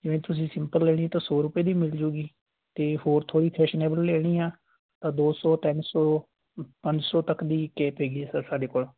ਜਿਵੇਂ ਤੁਸੀਂ ਸਿੰਪਲ ਲੈਣੀ ਤਾਂ ਸੌ ਰੁਪਏ ਦੀ ਮਿਲ ਜੂਗੀ ਅਤੇ ਹੋਰ ਥੋੜ੍ਹੀ ਫੈਸ਼ਨੇਬਲ ਲੈਣੀ ਹੈ ਤਾਂ ਦੋ ਸੌ ਤਿੰਨ ਸੌ ਪੰਜ ਸੌ ਤੱਕ ਦੀ ਕੇਪ ਹੈਗੀ ਸਰ ਸਾਡੇ ਕੋਲ